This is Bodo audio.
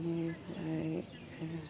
इनिफ्राय